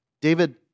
David